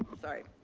sorry.